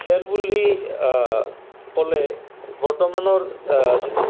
খেল বুলি ক'লে বৰ্তমানৰ যিটো